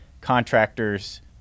contractors